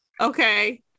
okay